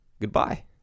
goodbye